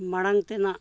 ᱢᱟᱲᱟᱝ ᱛᱮᱱᱟᱜ